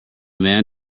man